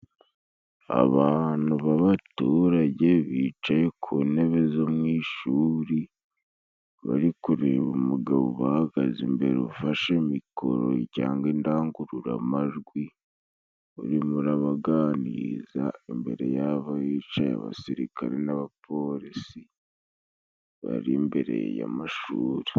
Abantu b'abaturage bicaye ku ntebe zo mu ishuri, bari kureba umugabo ubahagaze imbere. Ufashe mikoro cyangwa indangururamajwi, urimo urabaganiriza imbere yaho hicaye abasirikare n'abaporisi bari imbere y'amashuri.